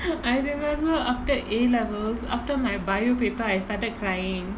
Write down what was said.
I remember after A levels after my biology paper I started crying